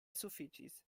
sufiĉis